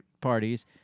parties